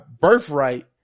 birthright